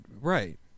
right